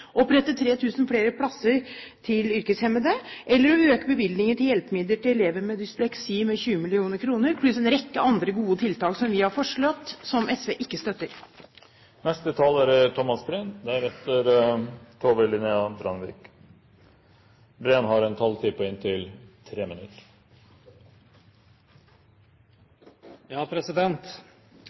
opprette 3 000 flere plasser til yrkeshemmede, øke bevilgningen til hjelpemidler til elever med dysleksi med 20 mill. kr, pluss en rekke andre gode tiltak som vi har foreslått. Jeg lytter med interesse når Høyre-folk snakker om rettferdig skattefordeling. For meg er skatt kanskje den viktigste fordelingsmekanismen vi har